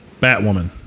Batwoman